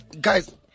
Guys